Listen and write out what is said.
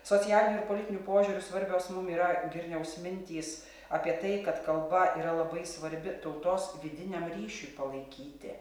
socialiniu ir politiniu požiūriu svarbios mum yra girniaus mintys apie tai kad kalba yra labai svarbi tautos vidiniam ryšiui palaikyti